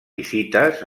visites